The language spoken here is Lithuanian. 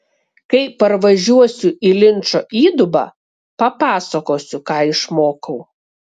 kai parvažiuosiu į linčo įdubą papasakosiu ką išmokau